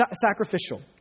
Sacrificial